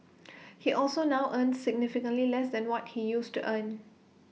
he also now earns significantly less than what he used to earn